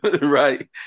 Right